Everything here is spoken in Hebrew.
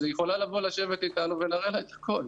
אז היא יכולה לבוא ולשבת איתנו ונראה לה את הכול.